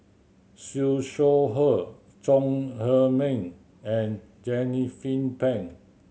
Siew Shaw Her Chong Heman and